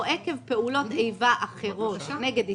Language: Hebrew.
או עקב פעולות איבה אחרות נגד ישראל,